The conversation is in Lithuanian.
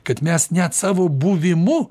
kad mes net savo buvimu